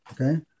okay